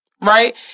Right